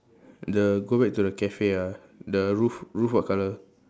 the go back to the cafe ah the roof roof what color